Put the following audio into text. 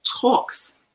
talks